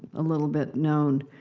a little bit known,